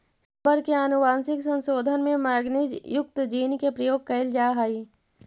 rubber के आनुवंशिक संशोधन में मैगनीज युक्त जीन के प्रयोग कैइल जा हई